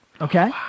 Okay